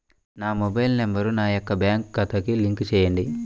నా mobile number నా యొక్క బ్యాంక్ ఖాతాకి లింక్ చేయండీ?